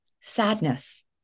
sadness